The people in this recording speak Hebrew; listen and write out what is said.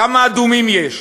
כמה אדומים יש?